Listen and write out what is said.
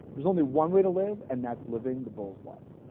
there's only one way to live and that's living the bull's life.